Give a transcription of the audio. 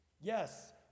Yes